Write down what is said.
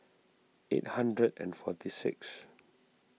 eight hundred and forty six